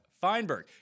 Feinberg